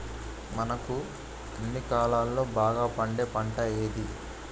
మనకు అన్ని కాలాల్లో బాగా పండే పంట ఏది?